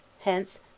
Hence